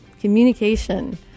communication